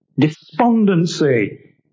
Despondency